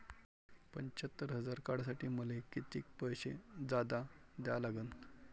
पंच्यात्तर हजार काढासाठी मले कितीक पैसे जादा द्या लागन?